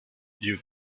you